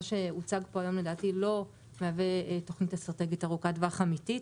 מה שהוצג פה היום לא מהווה תוכנית אסטרטגית ארוכת טווח אמיתית.